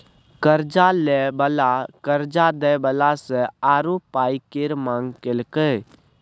कर्जा लय बला कर्जा दय बला सँ आरो पाइ केर मांग केलकै